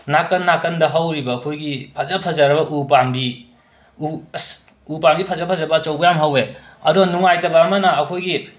ꯅꯥꯀꯟ ꯅꯥꯀꯟꯗ ꯍꯧꯔꯤꯕ ꯑꯩꯈꯣꯏꯒꯤ ꯐꯖ ꯐꯖꯔꯕ ꯎ ꯄꯥꯝꯕꯤ ꯎ ꯑꯁ ꯎ ꯄꯥꯝꯕꯤ ꯐꯖ ꯐꯖꯕ ꯑꯆꯧꯕ ꯌꯥꯝ ꯍꯧꯋꯦ ꯑꯗꯣ ꯅꯨꯡꯉꯥꯏꯇꯕ ꯑꯃꯅ ꯑꯩꯈꯣꯏꯒꯤ